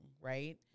right